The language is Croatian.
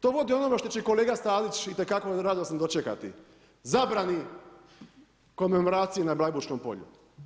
To vodi onome što će kolega Stazić itekako radosno dočekati, zabrani komemoracije na Blajburškom polju.